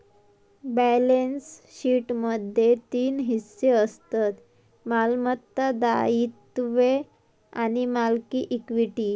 balance शीटमध्ये तीन हिस्से असतत मालमत्ता, दायित्वे आणि मालकी इक्विटी